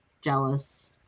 jealous